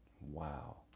Wow